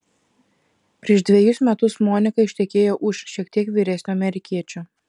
prieš dvejus metus monika ištekėjo už šiek tiek vyresnio amerikiečio